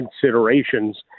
considerations